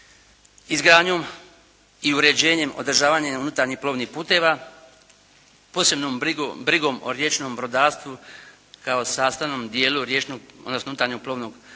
izgradnjom i uređenjem, održavanjem unutarnjih plovnih putova, posebnom brigom o riječnom brodarstvu kao sastavnom dijelu riječnog odnosno